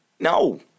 No